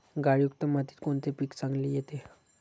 गाळयुक्त मातीत कोणते पीक चांगले येते?